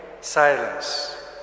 silence